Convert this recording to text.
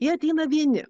jie ateina vieni